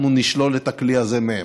אנחנו נשלול את הכלי הזה מהם.